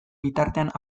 bitartean